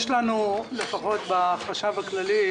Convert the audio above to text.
בחשב הכללי,